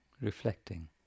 reflecting